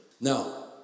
Now